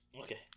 Okay